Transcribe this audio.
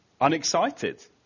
unexcited